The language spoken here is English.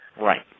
Right